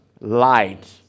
Light